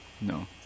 No